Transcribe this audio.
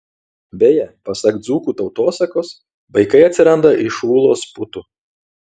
beje pasak dzūkų tautosakos vaikai atsiranda iš ūlos putų